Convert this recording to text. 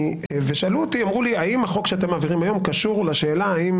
שאלו אותי האם החוק שאתם מעבירים היום קשור לשאלה האם